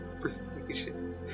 Persuasion